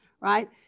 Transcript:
right